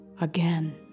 Again